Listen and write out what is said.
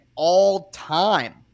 all-time